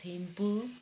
Thimphu